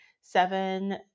seven